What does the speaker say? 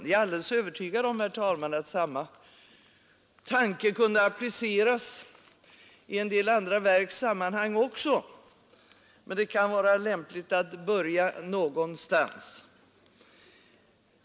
Jag är alldeles övertygad om, herr talman, att samma tanke kunde appliceras i en del andra verkssammanhang också, men det kan vara lämpligt att börja någonstans.